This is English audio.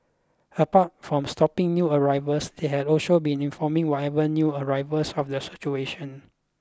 apart from stopping new arrivals they had also been informing whatever new arrivals of the situation